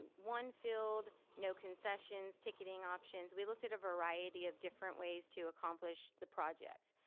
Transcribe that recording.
ah one field, no concessions, ticketing options. we looked at a variety of different ways to accomplish the project.